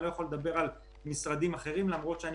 אני לא יכול לדבר על משרדים אחרים למרות שאני